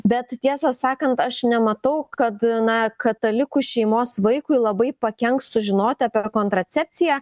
bet tiesą sakant aš nematau kad na katalikų šeimos vaikui labai pakenks sužinoti apie kontracepciją